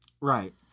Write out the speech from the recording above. Right